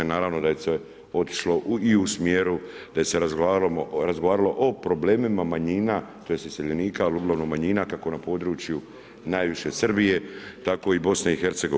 Naravno da je sve otišlo i u smjeru da se razgovaralo o problemima manjina, tj. iseljenika, ali uglavnom manjina, kako na području najviše Srbije, tako i BiH.